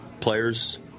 players